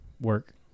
work